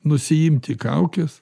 nusiimti kaukes